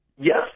yes